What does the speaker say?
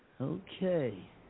Okay